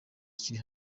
kiri